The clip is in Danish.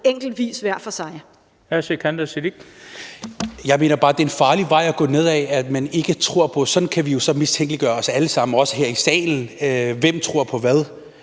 Sikandar Siddique (ALT): Jeg mener bare, det er en farlig vej at gå ned ad, at man ikke tror på det, og sådan kan vi jo mistænkeliggøre os alle sammen, også her i salen: Hvem tror på hvad?